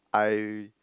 I